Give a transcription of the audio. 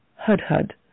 Hudhud